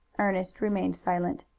ernest remained silent.